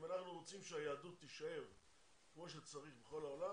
אם אנחנו רוצים שהיהדות תישאר כמו שצריך בכל העולם,